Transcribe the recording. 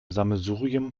sammelsurium